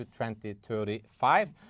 2035